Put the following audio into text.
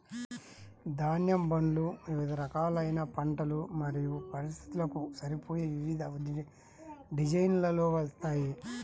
ధాన్యం బండ్లు వివిధ రకాలైన పంటలు మరియు పరిస్థితులకు సరిపోయే వివిధ డిజైన్లలో వస్తాయి